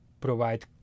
provide